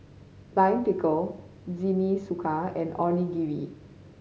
Lime Pickle Jingisukan and Onigiri